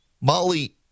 Molly